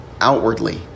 outwardly